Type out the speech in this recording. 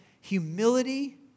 Humility